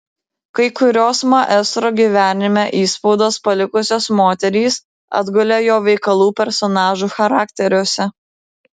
kai kurios maestro gyvenime įspaudus palikusios moterys atgulė jo veikalų personažų charakteriuose